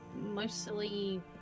mostly